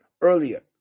earlier